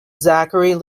zachary